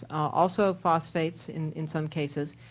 also phosphates in in some cases,